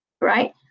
right